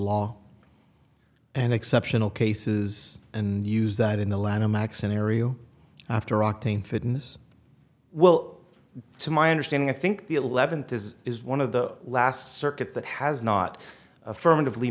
law and exceptional cases and use that in the lanham act scenario after octane fitness well to my understanding i think the eleventh this is one of the last circuits that has not affirmative